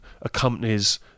accompanies